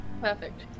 Perfect